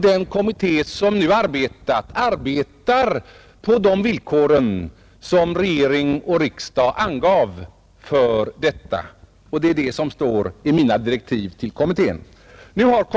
Den kommitté som nu är verksam arbetar på de villkor som regering och riksdag angivit, och det är det som står i mina direktiv till kommittén.